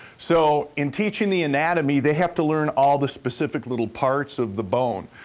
so, in teaching the anatomy, they have to learn all the specific little parts of the bone.